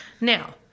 Now